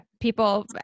People